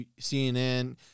CNN